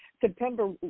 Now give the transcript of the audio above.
September